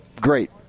great